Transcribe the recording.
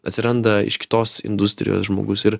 atsiranda iš kitos industrijos žmogus ir